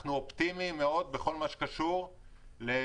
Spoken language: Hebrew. אנחנו אופטימיים מאוד בכל מה שקשור לעידוד